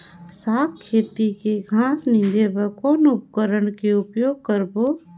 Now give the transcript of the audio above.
साग खेती के घास निंदे बर कौन उपकरण के उपयोग करबो?